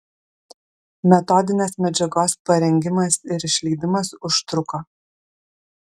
metodinės medžiagos parengimas ir išleidimas užtruko